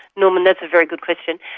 norman, that's a very good question.